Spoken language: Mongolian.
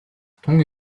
тун